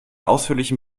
ausführlichen